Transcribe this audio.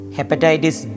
Hepatitis